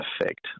effect